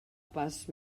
pas